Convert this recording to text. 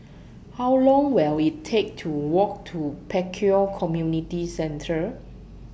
How Long Will IT Take to Walk to Pek Kio Community Centre